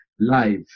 Live